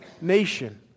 nation